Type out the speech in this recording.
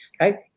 right